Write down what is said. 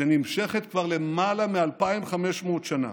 שנמשכת כבר למעלה מ-2,500 שנה